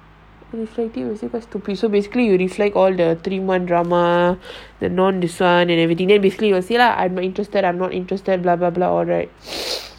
reflecting reflecting stupid so you basically you reflect all the three month drama the non~ this one and everything then basically you will say lah I'm interested I'm not interested blah blah blah all that